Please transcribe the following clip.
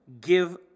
give